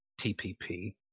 TPP